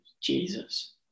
Jesus